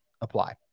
apply